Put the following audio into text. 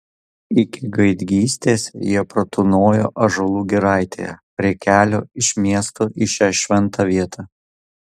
iki gaidgystės jie pratūnojo ąžuolų giraitėje prie kelio iš miesto į šią šventą vietą